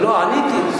עניתי.